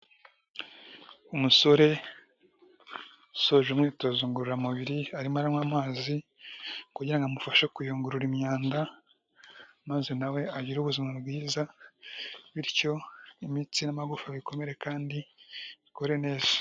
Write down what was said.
Umusore usoje imyitozo ngororamubiri arimo aranywa amazi kugira ngo amufashe kuyungurura imyanda, maze nawe agire ubuzima bwiza, bityo imitsi n'amagufa bikomere kandi bikore neza.